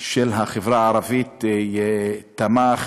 של החברה הערבית תמך,